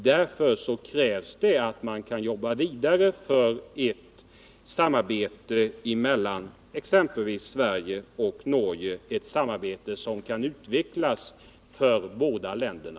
Därför krävs det att man arbetar vidare för att mellan Sverige och Norge uppnå ett konkret samarbete som kan utvecklas till fromma för båda länderna.